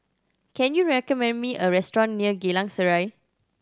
can you recommend me a restaurant near Geylang Serai